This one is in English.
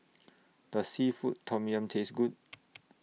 Does Seafood Tom Yum Taste Good